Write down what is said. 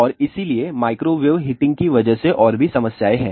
और इसीलिए microwave heating के वजह से और भी समस्याएँ हैं